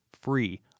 free